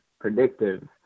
predictive